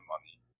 money